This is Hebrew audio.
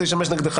זה ישמש נגדך.